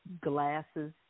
glasses